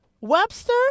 Webster